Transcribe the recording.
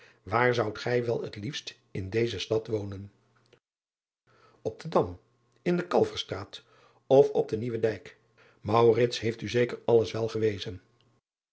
waar zoudt gij wel het liefst in deze stad wonen op den am in de alverstraat of op den ieuwen ijk heeft u zeker alles wel gewezen